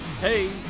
hey